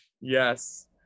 Yes